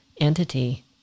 entity